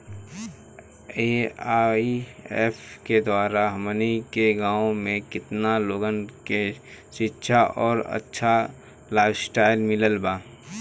AIF के द्वारा हमनी के गांव में केतना लोगन के शिक्षा और अच्छा लाइफस्टाइल मिलल बा